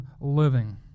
living